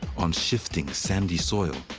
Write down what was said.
on shifting, sandy soil,